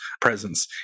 presence